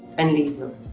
and leave them.